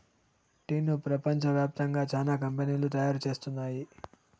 టీను ప్రపంచ వ్యాప్తంగా చానా కంపెనీలు తయారు చేస్తున్నాయి